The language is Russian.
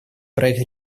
проект